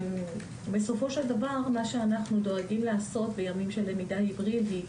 בסופו של דבר מה שאנחנו דואגים לעשות בימים של למידה היברידית